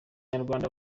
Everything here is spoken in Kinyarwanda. nyarwanda